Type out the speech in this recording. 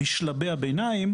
בשלבי הביניים,